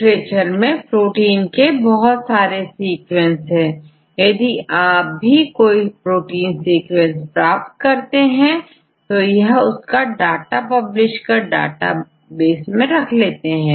literature में protein के बहुत सारे सीक्वेंस है और यदि आप भी कोई प्रोटीन सीक्वेंस प्राप्त करते हैं तो यह उसका डाटा पब्लिश कर डेटाबेस में रख लेते हैं